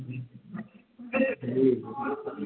जी